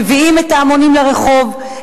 מביאים את ההמונים לרחוב,